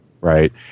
right